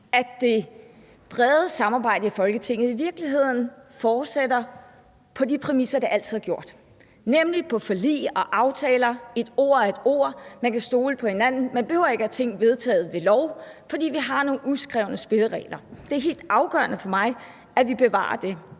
at det brede samarbejde i Folketinget i virkeligheden fortsætter på de præmisser, det altid har haft, nemlig forlig og aftaler, at et ord er et ord, og at man kan stole på hinanden. Man behøver ikke få ting vedtaget ved lov, for vi har nogle uskrevne spilleregler. Det er helt afgørende for mig, at vi bevarer det.